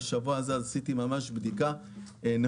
עשיתי בדיקה השבוע,